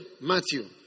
Matthew